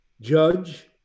Judge